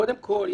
קודם כל,